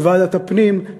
בוועדת הפנים,